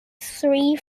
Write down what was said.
three